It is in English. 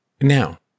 Now